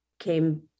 came